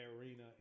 arena